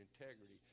integrity